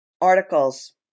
articles